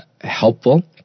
helpful